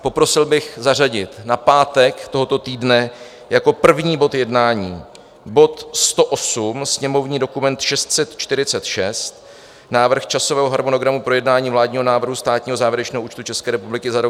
Poprosil bych zařadit na pátek tohoto týdne jako první bod jednání bod 108, sněmovní dokument 646 Návrh časového harmonogramu projednání vládního návrhu státního závěrečného účtu České republiky za rok 2021.